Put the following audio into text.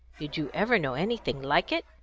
did you ever know anything like it?